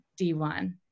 D1